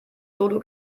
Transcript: solo